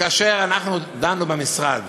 כאשר אנחנו דנו במשרד